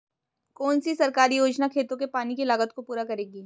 कौन सी सरकारी योजना खेतों के पानी की लागत को पूरा करेगी?